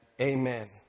Amen